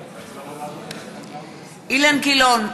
בעד אילן גילאון,